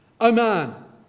Oman